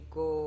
go